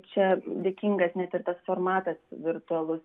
čia dėkingas net ir tas formatas virtualus